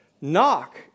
knock